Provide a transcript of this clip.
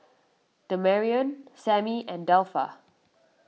Damarion Sammie and Delpha